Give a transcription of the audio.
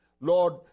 Lord